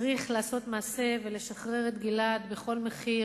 צריך לעשות מעשה ולשחרר את גלעד בכל מחיר,